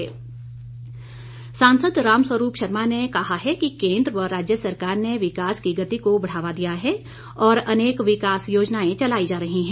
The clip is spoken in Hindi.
रामस्वरूप सांसद रामस्वरूप शर्मा ने कहा है कि केंद्र व राज्य सरकार ने विकास की गति को बढ़ावा दिया है और अनेक विकास योजनाएं चलाई जा रही है